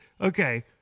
okay